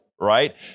right